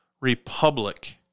republic